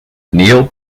neil